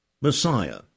Messiah